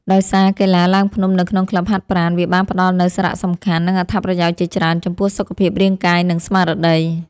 ដោយសារកីឡាឡើងភ្នំនៅក្នុងក្លឹបហាត់ប្រាណ វាបានផ្ដល់នូវសារៈសំខាន់ និងអត្ថប្រយោជន៍ជាច្រើនចំពោះសុខភាពរាងកាយ និងស្មារតី។